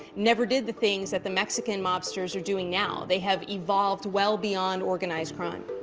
never did the things that the mexican mobsters are doing now. they have evolved well beyond organized crime.